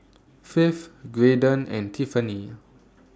Faith Graydon and Tiffanie